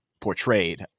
portrayed